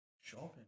Shopping